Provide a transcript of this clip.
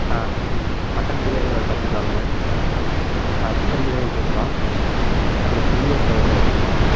ஆ mutton biryani ஒரு பத்து கிலோங்க சிக்கன் பிரியாணி டூ கிலோ அப்புறம் சில்லி ஒரு ஃபைவ் ஹண்ட்ரட் கேட்டிருந்தேங்க